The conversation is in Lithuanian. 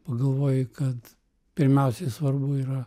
pagalvoji kad pirmiausiai svarbu yra